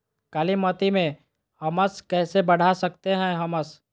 कालीमती में हमस कैसे बढ़ा सकते हैं हमस?